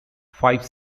five